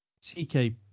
TK